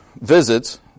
visits